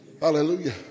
Hallelujah